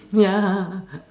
ya